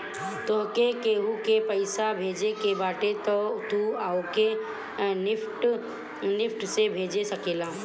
तोहके केहू के पईसा भेजे के बाटे तअ तू ओके निफ्ट से भेज सकेला